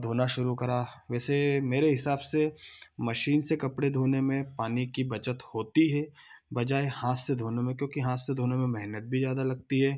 धोना शुरू करा वैसे मेरे हिसाब से मशीन से कपड़े धोने में पानी की बचत होती है बजाय हाँथ से धोने में क्योंकि हाँथ से धोने में मेहनत भी ज़्यादा लगती है